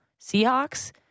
Seahawks